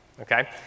Okay